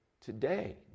today